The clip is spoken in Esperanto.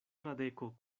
fradeko